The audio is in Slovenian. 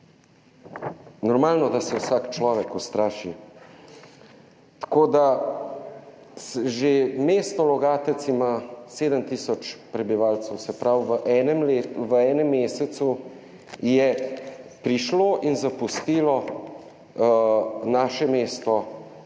Normalno, da se vsak človek ustraši. Tako, da že mesto Logatec ima 7 tisoč prebivalcev, se pravi, v enem letu, v enem mesecu je prišlo in zapustilo naše mesto